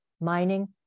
mining